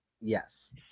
Yes